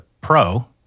pro